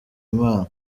imana